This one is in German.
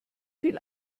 viel